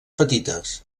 petites